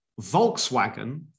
Volkswagen